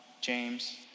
James